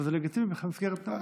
וזה לגיטימי במסגרת הזמן.